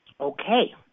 Okay